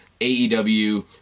AEW